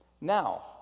Now